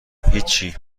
هیچی